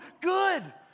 good